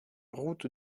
route